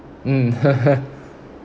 mm